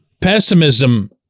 pessimism